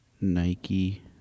Nike